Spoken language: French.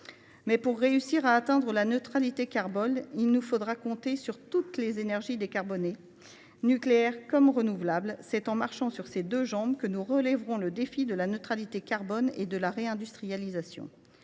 Pour réussir à atteindre la neutralité carbone, il nous faudra compter sur toutes les énergies décarbonées, nucléaire comme renouvelables. C’est en marchant sur ces deux jambes que nous relèverons les défis de la neutralité carbone et de la réindustrialisation.